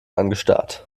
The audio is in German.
angestarrt